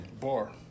Bar